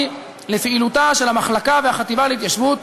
לפעילותה של המחלקה והחטיבה להתיישבות,